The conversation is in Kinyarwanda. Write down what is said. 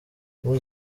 muri